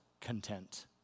content